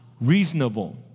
reasonable